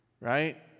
right